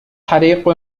حريق